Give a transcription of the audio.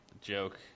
joke